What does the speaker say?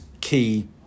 key